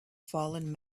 fallen